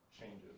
changes